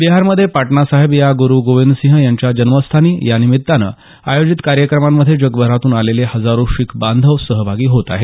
बिहारमध्ये पाटणासाहेब या गुरु गोविंदसिंह यांच्या जन्मस्थानी यानिमित्तानं आयोजित कार्यक्रमांमध्ये जगभरातून आलेले हजारो शीख बांधव सहभागी होत आहेत